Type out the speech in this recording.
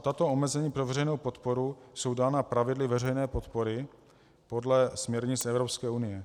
Tato omezení pro veřejnou podporu jsou dána pravidly veřejné podpory podle směrnic Evropské unie.